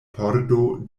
pordo